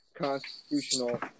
constitutional